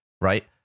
right